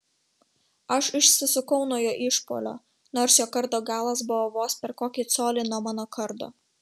aš išsisukau nuo jo išpuolio nors jo kardo galas buvo vos per kokį colį nuo mano kardo